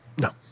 No